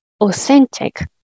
authentic